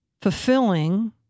fulfilling